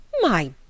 My